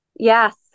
Yes